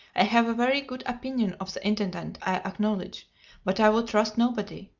i have a very good opinion of the intendant, i acknowledge but i will trust nobody.